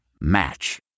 Match